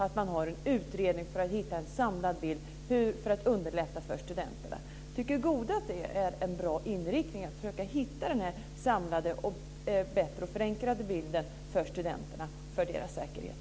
Vi vill ha en utredning för att hitta en samlad bild för att underlätta för studenterna. Tycker Goude att det är en bra inriktning att försöka hitta en samlad, förenklad bild för studenterna och för deras säkerhet?